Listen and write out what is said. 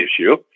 issue